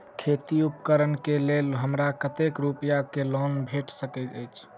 खेती उपकरण केँ लेल हमरा कतेक रूपया केँ लोन भेटि सकैत अछि?